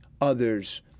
others